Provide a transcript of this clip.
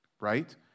right